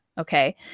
Okay